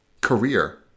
career